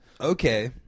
Okay